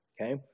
Okay